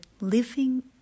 living